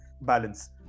balance